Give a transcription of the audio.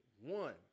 one